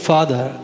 Father